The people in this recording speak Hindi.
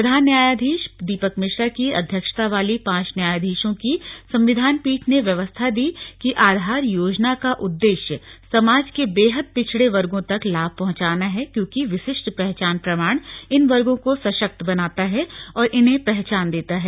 प्रधान न्यायाधीश दीपक मिश्रा की अध्यक्षता वाली पांच न्यायाधीशों की संविधान पीठ ने व्यवस्था दी कि आधार योजना का उद्देश्य समाज के बेहद पिछड़े वर्गो तक लाभ पहंचाना है क्योंकि विशिष्ट पहचान प्रमाण इन वर्गों को सशक्त बनाता है और इन्हें पहचान देता है